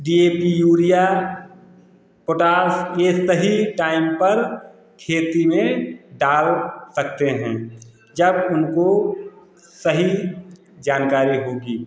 D A P urea potash ये सही time पर खेती में डाल सकते हैं जब उनको सही जानकारी होगी